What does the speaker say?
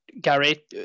Gary